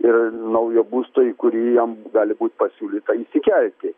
ir naujo būsto į kurį jam gali būt pasiūlyta įsikelti